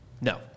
No